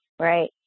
Right